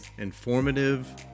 informative